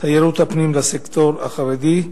תיירות הפנים לסקטור החרדי?